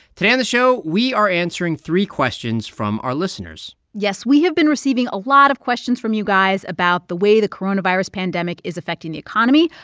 today on the show, we are answering three questions from our listeners yes. we have been receiving a lot of questions from you guys about the way the coronavirus pandemic is affecting the economy,